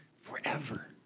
forever